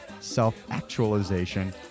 self-actualization